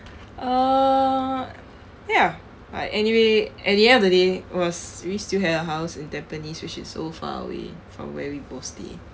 uh ya but anyway at the end of the day was we still had a house in tampines which is so far away from where we both stay